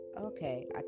okay